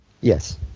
Yes